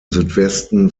südwesten